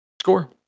score